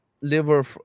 liver